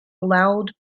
loud